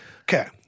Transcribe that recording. Okay